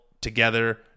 together